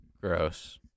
Gross